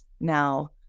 now